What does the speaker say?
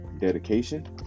dedication